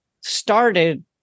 started